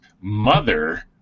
mother